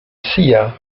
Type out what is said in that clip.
silla